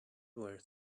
were